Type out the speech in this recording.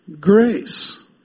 grace